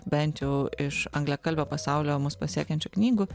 bent jau iš angliakalbio pasaulio mus pasiekiančių knygų